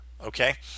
okay